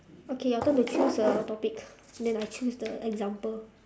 okay your turn to choose a topic then I choose the example